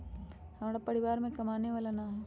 हमरा परिवार में कमाने वाला ना है?